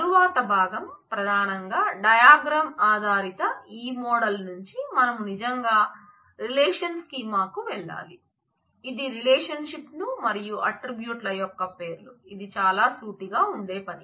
తరువాత భాగం ప్రధానంగా డయాగ్రమ్ ఆధారిత ఈ మోడల్ నుంచి మనం నిజంగా రిలేషనల్ స్కీమాకు వెళ్లాలి ఇది రిలేషన్షిప్లు మరియు ఆట్రిబ్యూట్ల యొక్క పేర్లు ఇది చాలా సూటిగా ఉండే పని